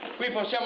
we must yeah